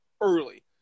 early